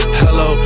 hello